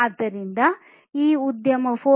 ಆದ್ದರಿಂದ ಈ ಉದ್ಯಮ 4